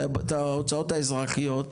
את ההוצאות האזרחיות,